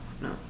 no